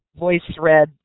VoiceThread